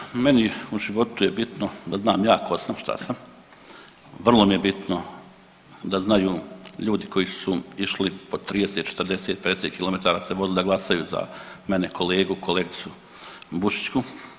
Hvala, pa meni u životu je bitno da znam ja tko sam, šta sam, vrlo mi je bitno da znaju ljudi koji su išli po 30, 40, 50 km se vozili da glasaju za mene, kolegu, kolegicu Bušićku.